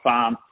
Farm